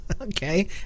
Okay